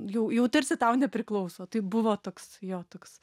jau jau tarsi tau nepriklauso tai buvo toks jo toks